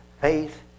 faith